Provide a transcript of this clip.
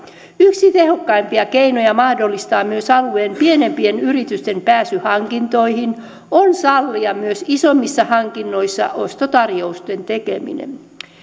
yksi tehokkaimpia keinoja mahdollistaa myös alueen pienempien yritysten pääsy hankintoihin on sallia myös isommissa hankinnoissa ostotarjousten tekeminen